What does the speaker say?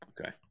Okay